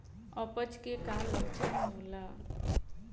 अपच के का लक्षण होला?